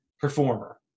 performer